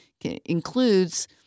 includes